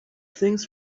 things